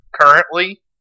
currently